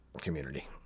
community